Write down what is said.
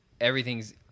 Everything's